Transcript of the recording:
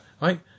right